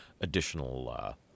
additional